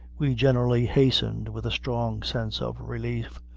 we generally hastened with a strong sense of relief,